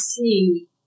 see